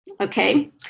Okay